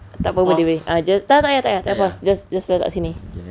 tak apa boleh boleh tak tak tak payah pause just letak sini